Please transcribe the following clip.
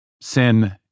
sin